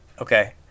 okay